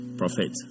prophet